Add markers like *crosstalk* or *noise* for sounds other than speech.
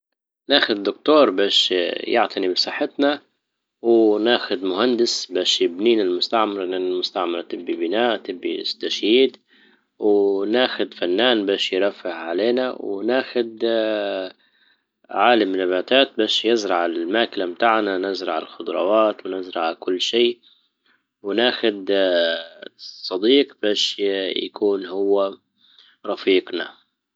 ناخد دكتور باش يعطيني من صحتنا، وناخد مهندس اش يبني لي المستعمره لان المستعمرة تبي بناء تبي اسـ- تشييد. وناخد فنان باش يرفه علينا، وناخد *hesitation* عالم نباتات باش يزرع الماكلة بتاعنا يزرع الخضروات ويزرع كل شيء، وناخد صديق باش يكون هو رفيقنا.